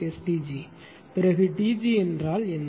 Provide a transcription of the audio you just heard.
1STg பிறகு Tg என்றால் என்ன